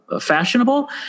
fashionable